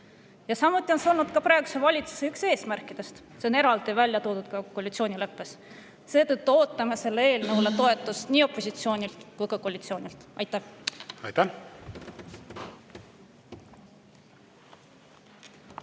Samuti on see olnud praeguse valitsuse üks eesmärkidest, see on eraldi välja toodud ka koalitsioonileppes. Seetõttu ootame sellele eelnõule toetust nii opositsioonilt kui ka koalitsioonilt. Aitäh!